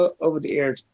over-the-air